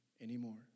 anymore